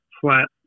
flat